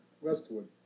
westwood